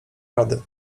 rady